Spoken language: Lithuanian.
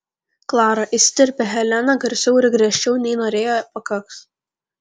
klara įsiterpia helena garsiau ir griežčiau nei norėjo pakaks